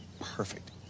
Perfect